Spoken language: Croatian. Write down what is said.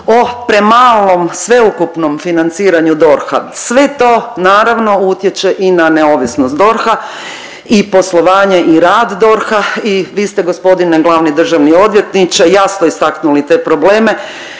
o premalom sveukupnom financiranju DORH-a. Sve to naravno utječe i na neovisnost DORH i poslovanje i rad DORH-a i vi ste g. glavni državni odvjetniče jasno istaknuli te probleme,